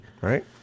Right